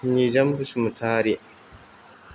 Nijom Basumatary